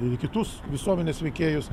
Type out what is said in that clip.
į kitus visuomenės veikėjus